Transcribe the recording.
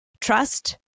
Trust